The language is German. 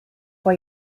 vor